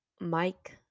Mike